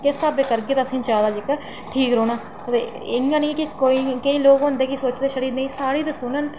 किस स्हाबै करगे तां असें ई जैदा जेह्का ठीक रौंह्ना अते इ'यां नेईं कि कोई लोग होंदे कि सोचदे